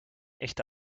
echte